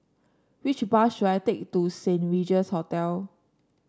which bus should I take to Saint Regis Hotel